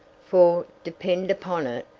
for, depend upon it,